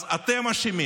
אז אתם אשמים